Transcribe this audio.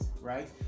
right